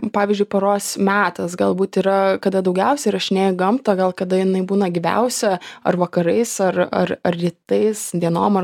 pavyzdžiui paros metas galbūt yra kada daugiausia įrašinėji gamtą gal kada jinai būna gyviausia ar vakarais ar ar ar rytais dienom ar